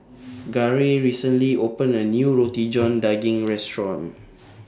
Garey recently opened A New Roti John Daging Restaurant